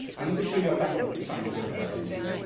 i'm going to show you a couple of examples of what i mean.